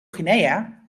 guinea